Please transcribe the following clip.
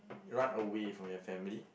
run away from your family